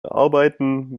arbeiten